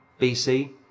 BC